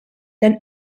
than